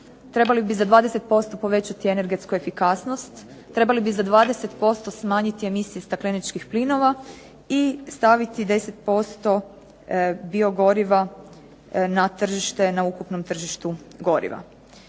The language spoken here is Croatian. trebali bi za 20% povećati energetsku efikasnost, trebali bi za 20% smanjiti emisije stakleničkih plinova i staviti 10% biogoriva na tržište na ukupnom tržištu goriva.